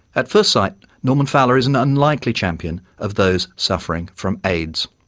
at first sight norman fowler is an unlikely champion of those suffering from aids.